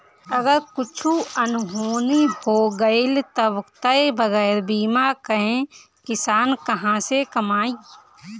अगर कुछु अनहोनी हो गइल तब तअ बगैर बीमा कअ किसान कहां से कमाई